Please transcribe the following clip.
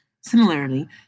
similarly